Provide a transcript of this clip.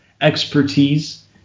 expertise